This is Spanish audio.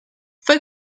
fue